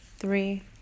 three